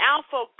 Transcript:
Alpha